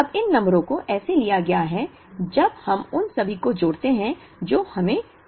अब इन नंबरों को ऐसे लिया गया है जब हम उन सभी को जोड़ते हैं जो हमें 10000 मिलते हैं